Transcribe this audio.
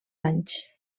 anys